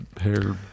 hair